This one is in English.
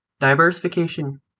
Diversification